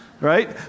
right